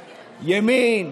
ימין,